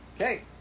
okay